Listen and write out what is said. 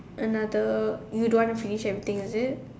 another you don't want to finish everything is it